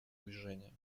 движения